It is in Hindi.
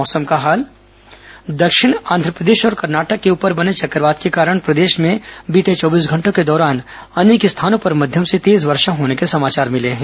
मौसम दक्षिण आंधप्रदेश और कर्नाटक के ऊपर बने चक्रवात के कारण प्रदेश में बीते चौबीस घंटों के दौरान अनेक स्थानों पर मध्यम से तेज वर्षा होने के समाचार मिले हैं